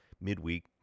midweek